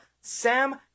Sam